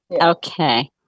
Okay